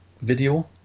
video